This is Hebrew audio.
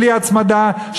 בלי הצמדה,